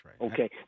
Okay